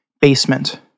basement